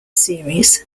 series